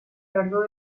largo